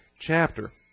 chapter